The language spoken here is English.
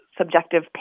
subjective